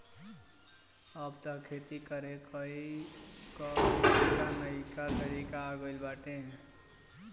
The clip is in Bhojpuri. अब तअ खेती करे कअ नईका नईका तरीका आ गइल बाटे